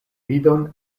vidon